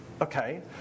Okay